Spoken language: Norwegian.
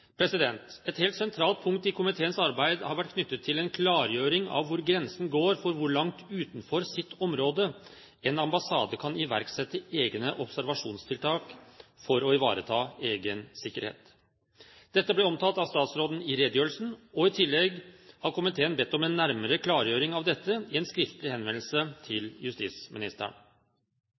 Et helt sentralt punkt i komiteens arbeid har vært knyttet til en klargjøring av hvor grensen går for hvor langt utenfor sitt område en ambassade kan iverksette egne observasjonstiltak for å ivareta egen sikkerhet. Dette ble omtalt av statsråden i redegjørelsen, og i tillegg har komiteen bedt om en nærmere klargjøring av dette i en skriftlig henvendelse til justisministeren.